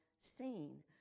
seen